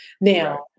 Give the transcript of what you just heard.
Now